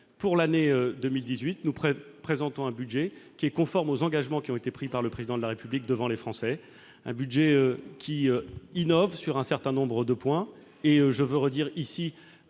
Pour l'année 2018, nous présentons un budget conforme aux engagements pris par le Président de la République devant les Français, un budget qui innove sur un certain nombre de points. Je veux redire ici